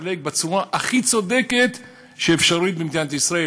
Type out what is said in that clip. מתחלק בצורה הכי צודקת שאפשר במדינת ישראל.